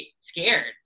scared